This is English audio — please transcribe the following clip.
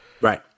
Right